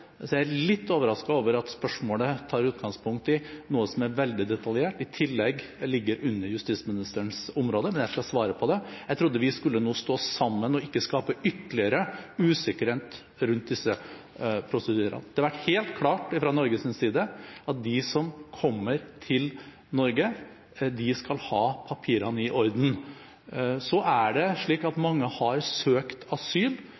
jeg litt overrasket over at spørsmålet tar utgangspunkt i noe som er veldig detaljert, og som i tillegg ligger under justisministerens ansvarsområde, men jeg skal svare på det. Jeg trodde vi nå skulle stå sammen og ikke skape ytterligere usikkerhet rundt disse prosedyrene. Det har vært helt klart fra Norges side at de som kommer til Norge, skal ha papirene i orden. Så er det slik at mange har søkt asyl,